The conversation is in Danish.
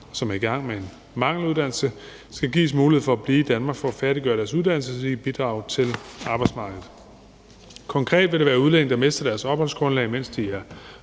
som er i gang med en mangeluddannelse, skal gives mulighed for at blive i Danmark for at færdiggøre deres uddannelse, så de kan bidrage til arbejdsmarkedet. Konkret vil det være udlændinge, der mister deres opholdsgrundlag, mens de er